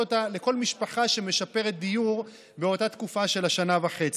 משפחה שמשפרת דיור באותה תקופה של שנה וחצי.